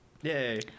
yay